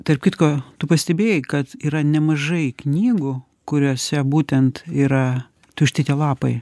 tarp kitko tu pastebėjai kad yra nemažai knygų kuriose būtent yra tušti tie lapai